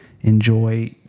enjoy